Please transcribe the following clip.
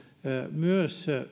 myös